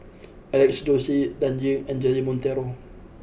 Alex Josey Dan Ying and Jeremy Monteiro